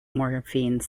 morphine